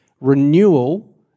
renewal